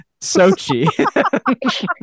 sochi